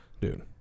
dude